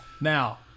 Now